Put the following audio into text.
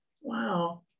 Wow